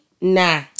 nah